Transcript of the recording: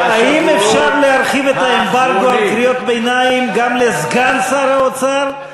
האם אפשר להרחיב את האמברגו על קריאות ביניים גם לסגן שר האוצר?